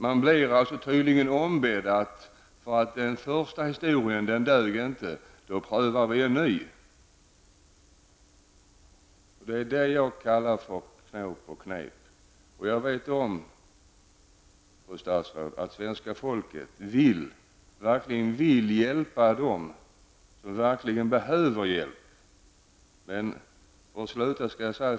När den första historien inte dög blir man tydligen ombedd att pröva en ny. Det är detta jag kallar för knåp och knep. Jag vet om, fru statsråd, att svenska folket vill hjälpa dem som verkligen behöver hjälp.